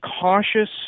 cautious